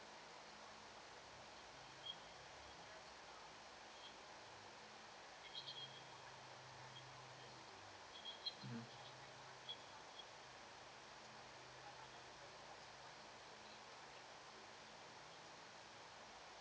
mmhmm